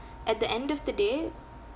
at the end of the day